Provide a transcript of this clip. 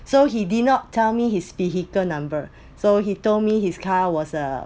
so he did not tell me his vehicle number so he told me his car was a